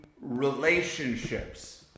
relationships